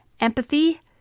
empathy